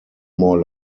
more